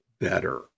better